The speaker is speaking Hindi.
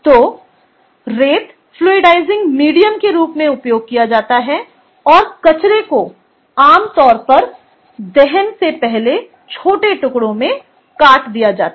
तो रेत फ्लूइडाइसिंग माध्यम के रूप में उपयोग किया जाता है और कचरे को आमतौर पर दहन से पहले छोटे टुकड़ों में काट दिया जाता है